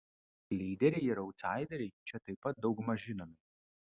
lyderiai ir autsaideriai čia taip pat daugmaž žinomi